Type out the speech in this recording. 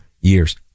years